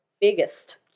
biggest